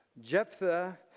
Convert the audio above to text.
jephthah